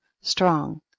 strong